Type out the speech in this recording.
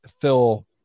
phil